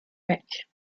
rich